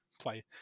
play